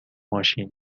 ماشین